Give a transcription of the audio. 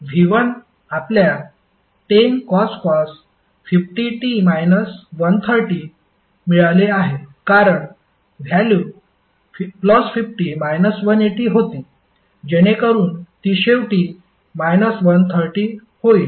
तर V1 आपल्याला 10cos 50t 130 मिळाले आहे कारण व्हॅल्यु 50 180 होती जेणेकरून ती शेवटी 130 होईल